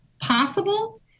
Possible